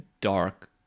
dark